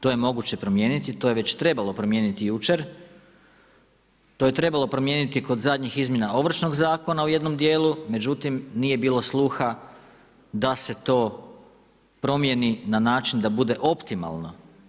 To je moguće promijeniti, to je već trebalo promijeniti jučer, to je trebalo promijeniti kod zadnjih izmjena Ovršnog zakona u jednom dijelu, međutim nije bilo sluha da se to promijeni na način da bude optimalno.